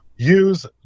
use